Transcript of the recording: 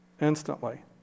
Instantly